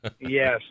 Yes